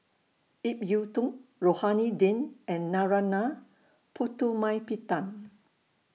Ip Yiu Tung Rohani Din and Narana Putumaippittan